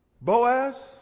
Boaz